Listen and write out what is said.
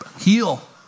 heal